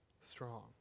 strong